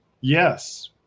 yes